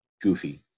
goofy